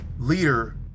leader